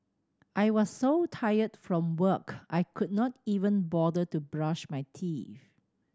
I was so tired from work I could not even bother to brush my teeth